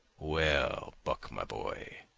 well, buck, my boy,